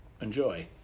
enjoy